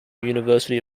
university